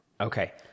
Okay